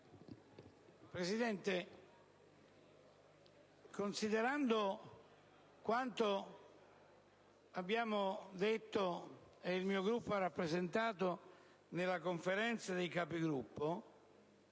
Presidente, considerando quanto il mio Gruppo ha rappresentato nella Conferenza dei Capigruppo,